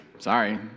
Sorry